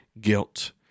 guilt